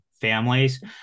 families